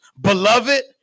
beloved